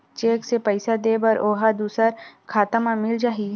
Cheque से पईसा दे बर ओहा दुसर खाता म मिल जाही?